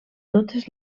totes